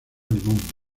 limón